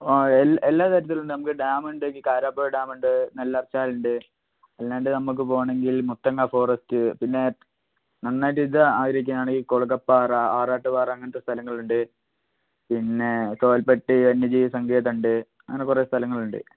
ആ എല്ലാ തരത്തിലുണ്ട് നമുക്ക് ഡാമുണ്ട് കാരാപ്പുഴ ഡാമുണ്ട് നെല്ലാർച്ചാൽ ഉണ്ട് അല്ലാണ്ട് നമുക്ക് പോവണമെങ്കിൽ മുത്തങ്ങാ ഫോറെസ്റ്റ് പിന്നെ നന്നായിട്ട് ഇത് ആ കൊളുകപ്പാറ ആറാട്ട് പാറ അങ്ങനെത്തെ സ്ഥലങ്ങളുണ്ട് പിന്നെ തോൽപ്പെട്ടി വന്യജീവി സങ്കേതം ഉണ്ട് അങ്ങനെ കുറേ സ്ഥലങ്ങൾ ഉണ്ട്